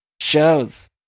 shows